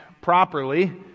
properly